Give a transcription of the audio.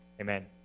Amen